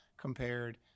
compared